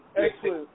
excellent